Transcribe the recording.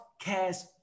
cares